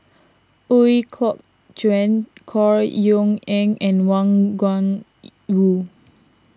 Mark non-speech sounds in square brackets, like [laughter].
Ooi Kok Chuen Chor Yeok Eng and Wang Gung [noise] wu